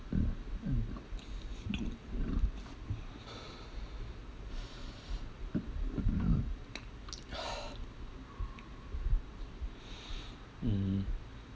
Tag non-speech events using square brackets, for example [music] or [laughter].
[breath] mm